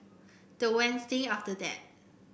the Wednesday after that